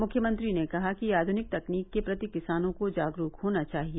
मुख्यमंत्री ने कहा कि आध्निक तकनीक के प्रति किसानों को जागरूक होना चाहिए